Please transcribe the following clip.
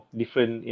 different